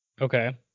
Okay